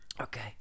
Okay